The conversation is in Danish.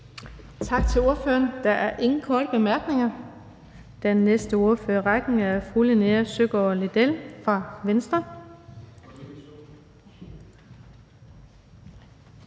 Tak til ordføreren. Der er ingen korte bemærkninger. Den næste ordfører i rækken er fru Linea Søgaard-Lidell fra Venstre.